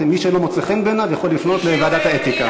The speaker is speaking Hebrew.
מי שזה לא מוצא חן בעיניו יכול לפנות לוועדת האתיקה.